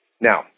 Now